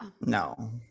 no